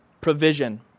provision